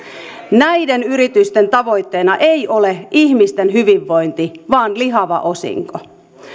näiden yritysten tavoitteena ei ole ihmisten hyvinvointi vaan lihava osinko